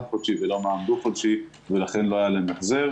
חודשי ומע"מ דו חודשי ולכן לא היה להם החזר.